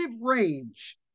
range